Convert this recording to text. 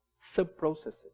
sub-processes